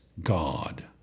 God